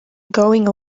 going